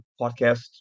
podcast